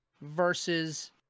versus